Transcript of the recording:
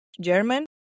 German